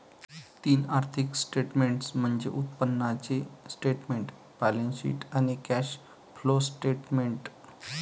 तीन आर्थिक स्टेटमेंट्स म्हणजे उत्पन्नाचे स्टेटमेंट, बॅलन्सशीट आणि कॅश फ्लो स्टेटमेंट